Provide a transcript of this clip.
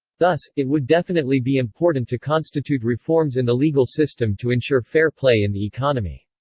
thus, it would definitely be important to constitute reforms in the legal system to ensure fair play in the economy.